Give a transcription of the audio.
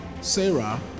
Sarah